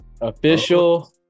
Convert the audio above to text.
official